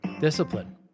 Discipline